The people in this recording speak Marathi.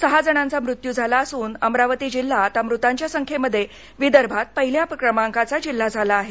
सहा मांचा मृत्यू झाला असून अमरावती िल्हा आता मृतांच्या संख्येमध्ये विदर्भात पहिल्या क्रमांकाचा िल्हा झाला आहे